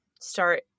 start